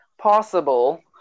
possible